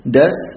Thus